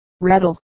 rattle